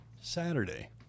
Saturday